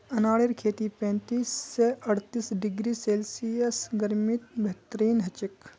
अनारेर खेती पैंतीस स अर्तीस डिग्री सेल्सियस गर्मीत बेहतरीन हछेक